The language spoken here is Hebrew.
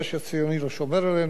"היהדות החרדית העולמית",